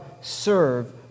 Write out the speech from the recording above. serve